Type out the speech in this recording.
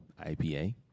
IPA